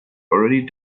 already